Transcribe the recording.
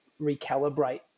recalibrate